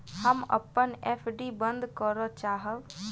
हम अपन एफ.डी बंद करय चाहब